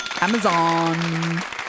Amazon